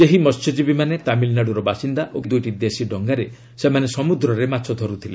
ସେହି ମହ୍ୟଜୀବୀମାନେ ତାମିଲ୍ନାଡୁର ବାସିନ୍ଦା ଓ ଗତକାଲି ଦୂଇଟି ଦେଶୀ ଡଙ୍ଗାରେ ସେମାନେ ସମ୍ବଦ୍ରରେ ମାଛ ଧର୍ଥିଲେ